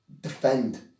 defend